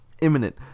imminent